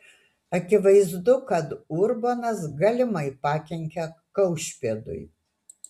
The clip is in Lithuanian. akivaizdu kad urbonas galimai pakenkė kaušpėdui